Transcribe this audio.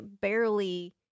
barely